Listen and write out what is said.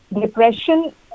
Depression